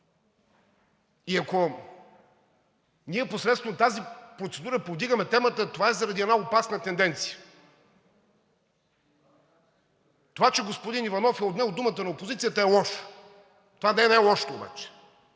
И ако ние посредством тази процедура повдигаме темата, това е заради една опасна тенденция. Това, че господин Иванов е отнел думата на опозицията, е лошо. Това не е най-лошото обаче.